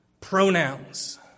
pronouns